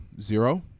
zero